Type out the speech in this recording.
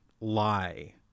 lie